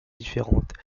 différentes